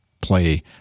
play